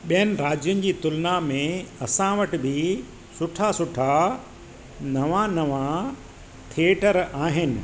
ॿियनि भाॼीयुनि जी तुलना में असां वटि बि सुठा सुठा नवा नवा थिएटर आहिनि